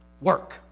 work